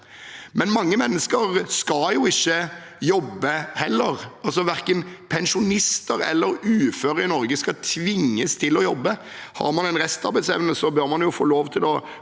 Men mange mennesker skal jo ikke jobbe heller. Verken pensjonister eller uføre i Norge skal tvinges til å jobbe. Har man en restarbeidsevne, bør man få lov til å